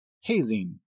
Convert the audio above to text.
hazing